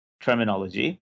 terminology